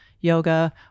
yoga